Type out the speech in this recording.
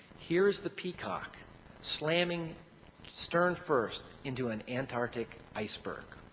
here's the peacock slamming stern first into an antarctic iceberg.